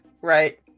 right